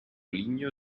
ligneo